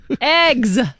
Eggs